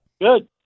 good